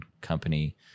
company